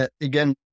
Again